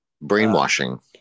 brainwashing